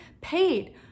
paid